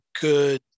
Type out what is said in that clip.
good